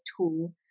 tool